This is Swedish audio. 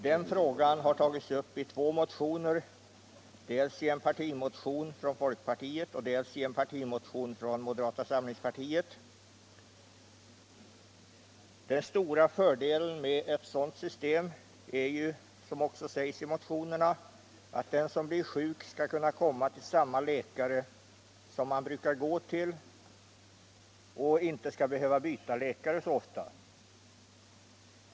Den frågan har tagits upp i två motioner, dels i en partimotion från folkpartiet, dels i en partimotion från moderata: samlingspartiet. Den stora fördelen med ett sådant system är — som också sägs i motionerna — att den som blir sjuk skall kunna komma till samma läkare som han brukar gå till och inte behöva byta läkare så ofta.